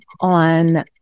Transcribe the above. on